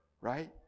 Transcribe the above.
right